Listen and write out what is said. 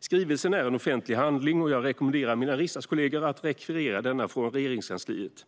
Skrivelsen är en offentlig handling, och jag rekommenderar mina riksdagskollegor att rekvirera den från Regeringskansliet.